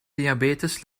diabetes